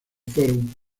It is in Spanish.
fueron